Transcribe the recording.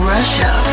Russia